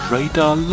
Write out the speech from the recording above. Radar